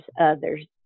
others